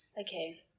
Okay